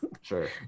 Sure